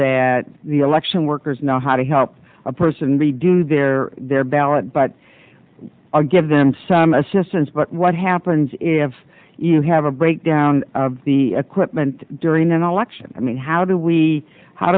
that the election workers know how to help a person redo their their ballot but i'll give them some assistance but what happens if you have a breakdown of the equipment during an election i mean how do we how